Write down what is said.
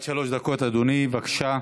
עד שלוש דקות, אדוני, בבקשה.